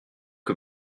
que